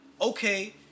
okay